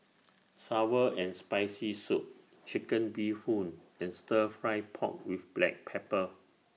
Sour and Spicy Soup Chicken Bee Hoon and Stir Fry Pork with Black Pepper